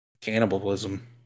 Cannibalism